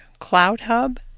CloudHub